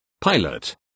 Pilot